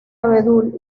abedul